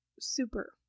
super